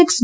X